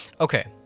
Okay